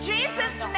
Jesus